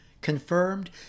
confirmed